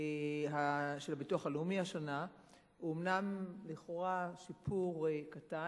של הביטוח הלאומי השנה הוא אומנם לכאורה שיפור קטן,